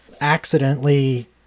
accidentally